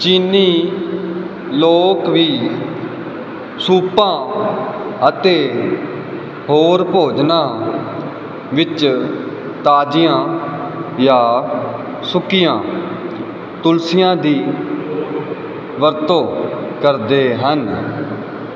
ਚੀਨੀ ਲੋਕ ਵੀ ਸੂਪਾਂ ਅਤੇ ਹੋਰ ਭੋਜਨਾਂ ਵਿੱਚ ਤਾਜੀਆਂ ਜਾਂ ਸੁੱਕੀਆਂ ਤੁਲਸੀਆਂ ਦੀ ਵਰਤੋਂ ਕਰਦੇ ਹਨ